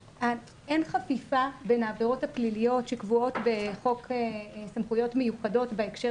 חפיפה בין העבירות הפליליות שקבועות בחוק סמכויות מיוחדות בהקשר